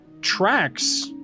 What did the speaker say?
tracks